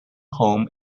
home